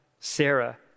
Sarah